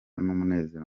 n’umunezero